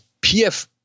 pf